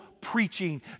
preaching